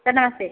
sir नमस्ते